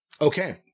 Okay